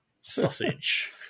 sausage